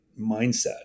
mindset